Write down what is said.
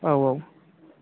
औ औ